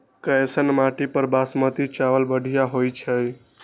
कैसन माटी पर बासमती चावल बढ़िया होई छई?